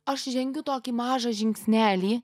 aš žengiu tokį mažą žingsnelį